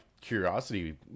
curiosity